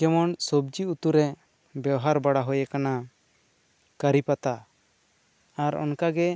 ᱡᱮᱢᱚᱱ ᱥᱚᱵᱽᱡᱤ ᱩᱛᱩ ᱨᱮ ᱵᱮᱣᱦᱟᱨ ᱵᱟᱲᱟ ᱦᱳᱭ ᱠᱟᱱᱟ ᱠᱟᱹᱨᱤ ᱯᱟᱛᱟ ᱟᱨ ᱚᱱᱠᱟ ᱜᱮ